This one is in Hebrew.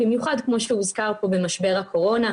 במיוחד כמו שהוזכר פה במשבר הקורונה,